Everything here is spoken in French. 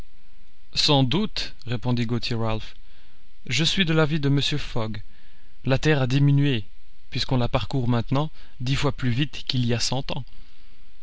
sans doute répondit gauthier ralph je suis de l'avis de mr fogg la terre a diminué puisqu'on la parcourt maintenant dix fois plus vite qu'il y a cent ans